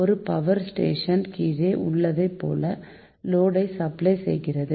ஒரு power station கீழே உள்ளதைப்போல லோடை சப்ளை செய்கிறது